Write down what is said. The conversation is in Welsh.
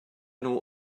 nhw